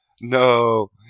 No